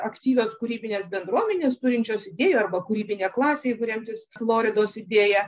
aktyvios kūrybinės bendruomenės turinčios idėjų arba kūrybinė klasė jeigu remtis floridos idėja